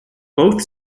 both